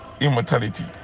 immortality